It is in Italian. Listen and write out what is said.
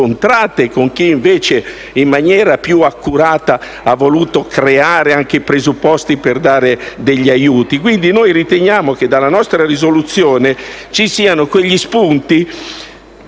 con chi, invece, in maniera più accurata, ha voluto creare i presupposti per dare aiuti. Quindi noi riteniamo che nella nostra risoluzione ci siano gli spunti